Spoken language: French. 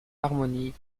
harmonie